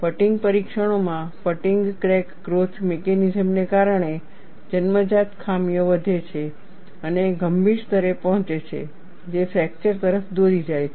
fatigue પરીક્ષણોમાં fatigue crack growth મિકેનિઝમને કારણે જન્મજાત ખામીઓ વધે છે અને ગંભીર સ્તરે પહોંચે છે જે ફ્રેકચર તરફ દોરી જાય છે